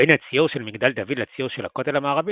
בין הציור של מגדל דוד לציור של הכותל המערבי